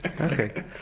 Okay